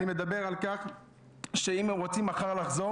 אני מדבר על כך שאם הם רוצים מחר לחזור